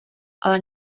ale